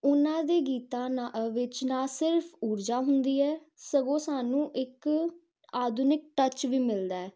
ਉਹਨਾਂ ਦੇ ਗੀਤਾਂ ਨ ਵਿੱਚ ਨਾ ਸਿਰਫ ਊਰਜਾ ਹੁੰਦੀ ਹੈ ਸਗੋਂ ਸਾਨੂੰ ਇੱਕ ਆਧੁਨਿਕ ਟੱਚ ਵੀ ਮਿਲਦਾ